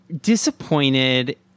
disappointed